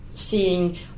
seeing